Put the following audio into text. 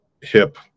hip